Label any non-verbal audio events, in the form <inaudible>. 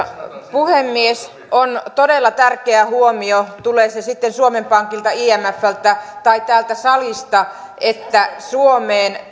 puhemies on todella tärkeä huomio tulee se sitten suomen pankilta imfltä tai täältä salista että suomeen <unintelligible>